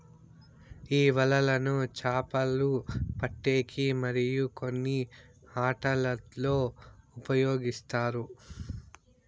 ఈ వలలను చాపలు పట్టేకి మరియు కొన్ని ఆటలల్లో ఉపయోగిస్తారు